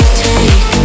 take